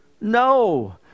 No